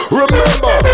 remember